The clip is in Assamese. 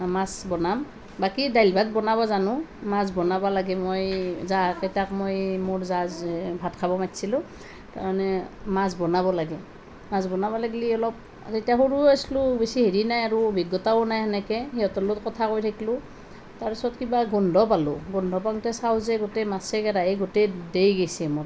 মাছ বনাম বাকী দাইল ভাত বনাব জানো মাছ বনাব লাগে মই জা কেইটাক মই মোৰ জাক ভাত খাব মাতিছিলোঁ তাৰমানে মাছ বনাব লাগে মাছ বনাব লাগিলে অলপ তেতিয়া সৰুও আছিলোঁ বেছি হেৰি নাই অভিজ্ঞতাও নাই সেনেকে সিহঁতৰ লগত কথা কৈ থাকিলোঁ তাৰপিছত কিবা গোন্ধ পালোঁ গোন্ধ পাওঁতে চাওঁ যে গোটেই মাছে কেৰাহীয়ে গোটেই ডেই গৈছে মোৰ